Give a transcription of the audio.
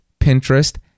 Pinterest